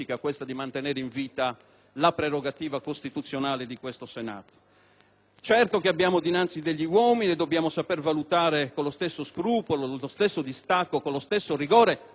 ancora: «Abbiamo dinanzi degli uomini e dobbiamo saper valutare con lo stesso scrupolo, con lo stesso distacco, con lo stesso rigore, i quali caratterizzano l'esercizio della giurisdizione.